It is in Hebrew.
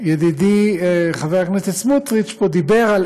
ידידי חבר הכנסת סמוטריץ דיבר פה על